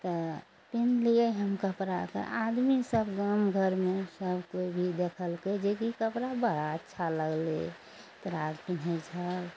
तऽ पिन्हलियइ हम कपड़ाके आदमी सब गाम घरमे सब कोइ भी देखलकइ जे कि कपड़ा बड़ा अच्छा लगलइ तोरा आर पिन्हय छहक